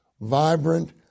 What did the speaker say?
vibrant